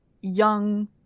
young